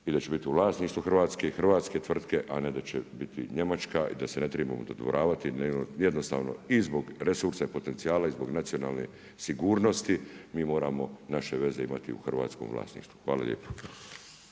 i da će biti u vlasništvu Hrvatske, hrvatske tvrtke, a ne da će biti njemačka i da se ne tribamo dodvoravati jednostavno i zbog resursa i potencijala i zbog nacionalne sigurnosti mi moramo naše veze imati u hrvatskom vlasništvu. Hvala lijepo.